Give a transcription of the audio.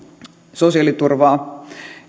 sosiaaliturvaa